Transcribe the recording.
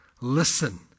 listen